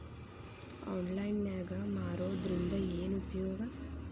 Online ನಾಗ್ ಮಾರೋದ್ರಿಂದ ಏನು ಉಪಯೋಗ?